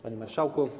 Panie Marszałku!